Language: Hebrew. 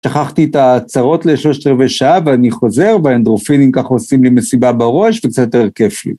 שכחתי את ההצהרות לשלושת רבי שעה ואני חוזר, והאנדרופינים ככה עושים לי מסיבה בראש וזה יותר כיף לי.